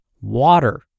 water